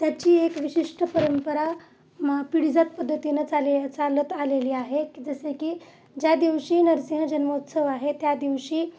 त्याची एक विशिष्ट परंपरा म पिढीजात पद्धतीनं चाले चालत आलेली आहे जसे की ज्या दिवशी नरसिंह जन्मोत्सव आहे त्यादिवशी